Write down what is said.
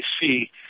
see